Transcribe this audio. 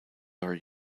are